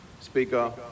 Speaker